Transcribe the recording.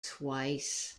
twice